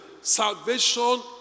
Salvation